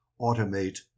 automate